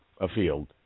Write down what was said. afield